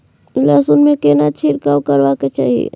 लहसुन में केना छिरकाव करबा के चाही?